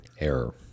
error